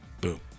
boom